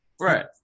Right